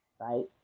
right